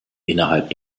innerhalb